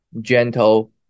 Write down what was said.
gentle